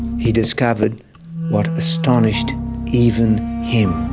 he discovered what astonished even him.